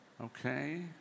okay